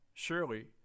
Surely